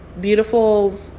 beautiful